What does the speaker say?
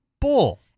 Bull